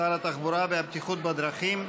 שר התחבורה והבטיחות בדרכים,